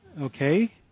Okay